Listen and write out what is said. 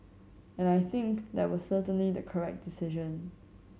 and I think that was certainly the correct decision